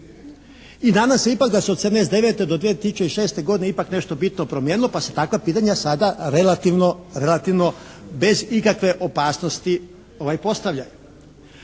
i danas se ipak da su od '89. do 2006. godine ipak nešto bitno promijenilo pa se takva pitanja sada relativno bez ikakve opasnosti postavljaju.